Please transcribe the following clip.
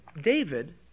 David